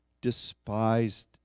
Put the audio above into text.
despised